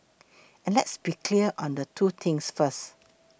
and let's be clear on two things first